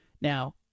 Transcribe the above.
Now